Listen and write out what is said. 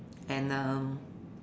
and um